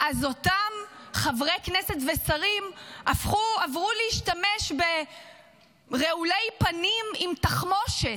אז אותם חברי כנסת ושרים עברו להשתמש ברעולי פנים עם תחמושת.